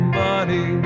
money